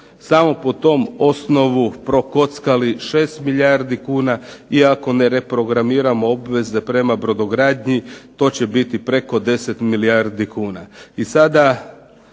samo po tom osnovu prokockali 6 milijardi kuna i ako ne reprogramiramo obveze prema brodogradnji to će biti preko 10 milijardi kuna.